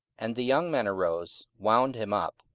and the young men arose, wound him up,